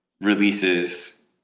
releases